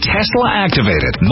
Tesla-activated